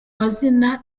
mazina